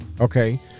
Okay